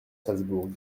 salzbourg